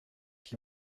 qui